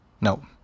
No